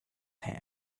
hand